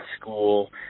school